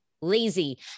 lazy